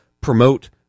promote